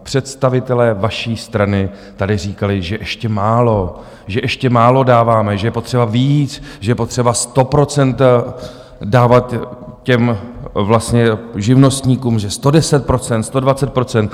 Představitelé vaší strany tady říkali, že ještě málo, že ještě málo dáváme, že je potřeba víc, že je potřeba 100 % dávat těm vlastně živnostníkům, že 110 %, 120 %.